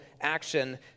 action